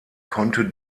konnte